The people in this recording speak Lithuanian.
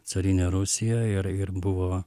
carinę rusiją ir ir buvo